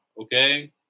okay